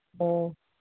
ꯑꯣ